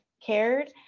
cared